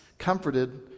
Comforted